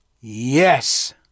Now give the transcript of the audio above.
Yes